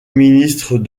ministre